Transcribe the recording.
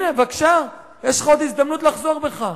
הנה, בבקשה, יש לך עוד הזדמנות לחזור בך,